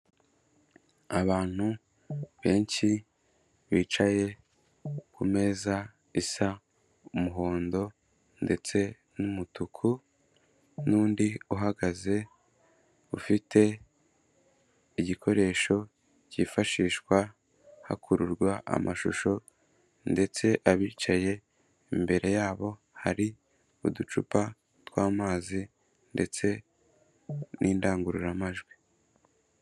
Abantu benshi bicaye ku meza isa umuhondo ndetse n'umutuku n'undi uhagaze, ufite igikoresho cyifashishwa hakururwa amashusho ndetse abicaye imbere yabo, hari uducupa tw'amazi ndetse n'indangururamajwi.